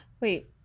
Wait